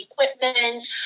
equipment